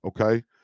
okay